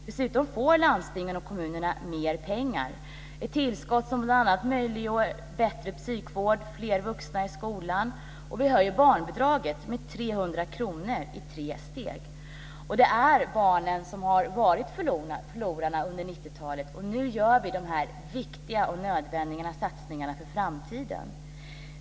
Dessutom får landstingen och kommunerna mer pengar, ett tillskott som bl.a. möjliggör bättre psykvård och fler vuxna i skolan. Vi höjer också barnbidraget med 300 Det är barnen som har varit förlorarna under 90 talet. Nu gör vi dessa viktiga och nödvändiga satsningar för framtiden.